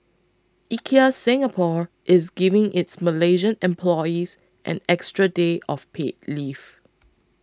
IKEA Singapore is giving its Malaysian employees an extra day of paid leave